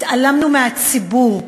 התעלמנו מהציבור.